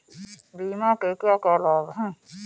बीमा के क्या क्या लाभ हैं?